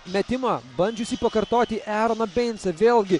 metimą bandžiusį pakartoti eroną beincą vėlgi